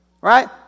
Right